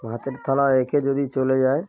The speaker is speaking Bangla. ভাতের থালা রেখে যদি চলে যায়